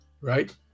Right